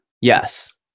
Yes